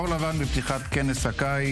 הודעה למזכירות הכנסת.